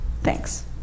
Thanks